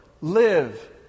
live